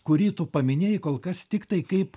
kurį tu paminėjai kol kas tiktai kaip